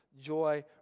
Joy